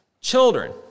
children